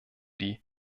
die